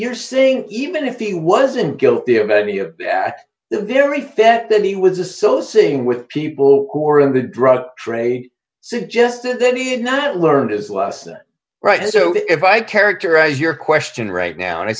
you're saying even if he wasn't guilty of many of the very thing that he was associating with people who are in the drug trade i suggested then he had not learned his lesson right and so if i characterize your question right now and i